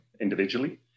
individually